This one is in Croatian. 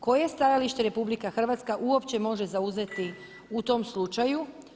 Koje stajalište RH uopće može zauzeti u tom slučaju?